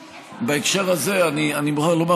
בהקשר הזה אני מוכרח לומר,